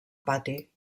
pati